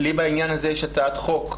לי בעניין הזה יש הצעת חוק,